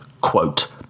Quote